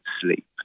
sleep